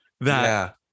that-